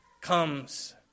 comes